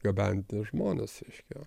gabenti žmones reiškia